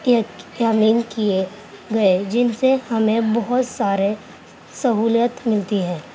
کیے تعمیر کئے گئے جن سے ہمیں بہت سارے سہولت ملتی ہے